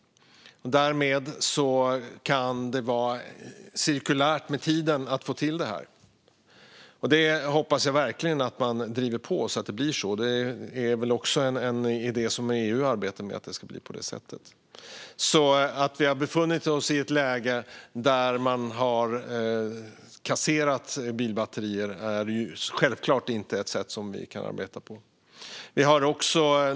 Därmed kan man med tiden få till det här så att det blir cirkulärt. Jag hoppas verkligen att man driver på så att det blir så, och det är också en idé som EU arbetar med för att det ska bli på det sättet. Vi har befunnit oss i ett läge där man har kasserat bilbatterier, och det är självklart inte ett sätt som vi kan arbeta på.